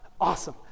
Awesome